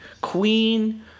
Queen